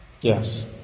Yes